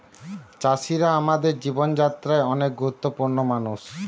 চাষিরা আমাদের জীবন যাত্রায় অনেক গুরুত্বপূর্ণ মানুষ